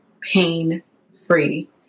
pain-free